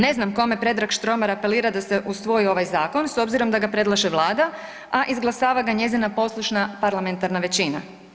Ne znam kome Predrag Štromar apelira da se usvoji ovaj zakon s obzirom da ga predlaže Vlada, a izglasava ga njezina poslušna parlamentarna većina.